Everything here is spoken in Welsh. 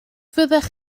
fyddech